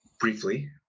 briefly